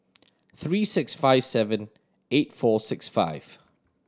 three six five seven eight four six five